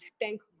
thank